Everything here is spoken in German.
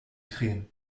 tränen